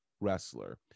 wrestler